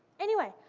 anyway,